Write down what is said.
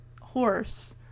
horse